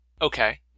Okay